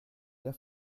der